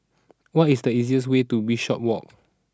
what is the easiest way to Bishopswalk